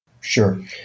sure